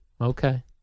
Okay